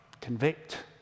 convict